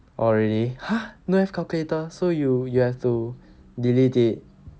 oh really !huh! no have calculator so you you have to delete it